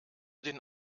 den